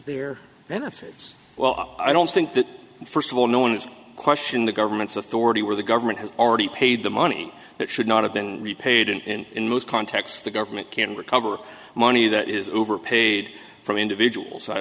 benefits well i don't think that first of all no one is questioning the government's authority where the government has already paid the money that should not have been repaid in in most contexts the government can recover money that is overpaid from individuals i